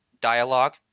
dialogue